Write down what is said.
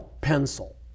pencil